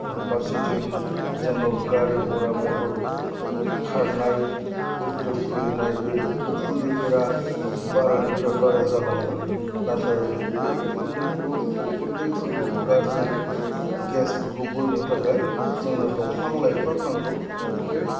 न' फारसेथिं जोंनाव गारि घरा मथर खारनाय उध्ग खुलिनाय बे उखुन्दैफोरा बारानिफ्राय बारा जालांबाय नाथाय बे उखुन्दैखौ उखुनदैफोरखौ गाज्रि गेसफोरखौ बोनो थाखाय जोंनो दंफां लाइफां नांगौ बे